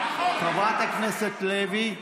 חברת הכנסת לוי,